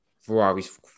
Ferrari's